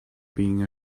being